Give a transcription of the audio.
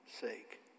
sake